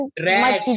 trash